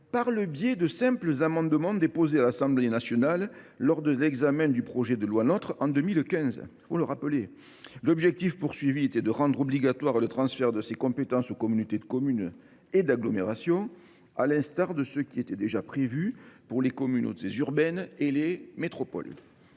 par le biais de simples amendements déposés à l’Assemblée nationale lors de l’examen du projet de loi NOTRe en 2015. L’objectif était de rendre obligatoire le transfert de ces compétences aux communautés de communes et d’agglomération, à l’instar de ce qui était déjà prévu pour les communautés urbaines et les métropoles.